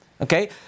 Okay